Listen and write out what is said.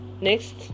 Next